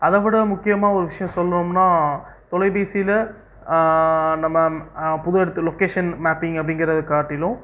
அதைவிட முக்கியமா ஒரு விஷயம் சொல்லணும்னா தொலைபேசில நம்ம புது எடத்து லொக்கேஷன் மேப்பிங் அப்படிங்கிறத காட்டிலும்